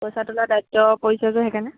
পইচা তোলা দায়িত্ব পৰিছে যে সেইকাৰণে